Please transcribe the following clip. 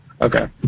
Okay